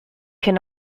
can